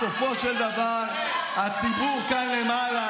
בסופו של דבר הציבור כאן למעלה,